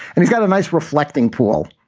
and he's got a nice reflecting pool.